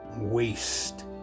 waste